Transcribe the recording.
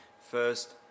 first